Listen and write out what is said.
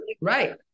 right